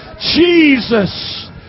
Jesus